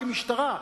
כמשטרה,